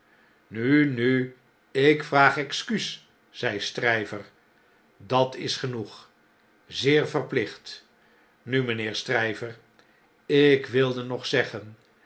nu ik vraag excuusl zei stryver dat is genoeg zeer verplicht nu mijnheer stryver ik wilde nog zeggen